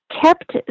kept